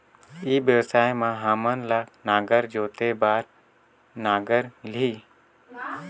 ई व्यवसाय मां हामन ला नागर जोते बार नागर मिलही?